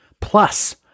Plus